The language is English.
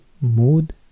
Mood